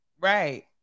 Right